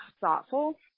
thoughtful